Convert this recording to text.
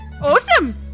Awesome